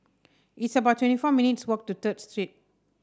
it's about twenty four minutes' walk to Third Street